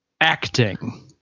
Acting